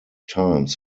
times